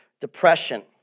depression